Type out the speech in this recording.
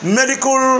medical